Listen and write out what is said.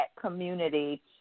community